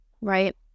right